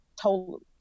told